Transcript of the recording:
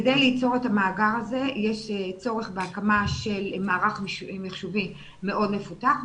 כדי ליצור את המאגר הזה יש צורך בהקמה של מערך מחשובי מאוד מפותח,